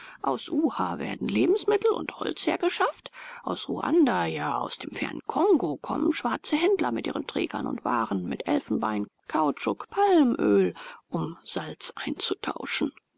aus uha werden lebensmittel und holz hergeschafft aus ruanda ja aus dem fernen kongo kommen schwarze händler mit ihren trägern und waren mit elfenbein kautschuk palmöl um salz einzutauschen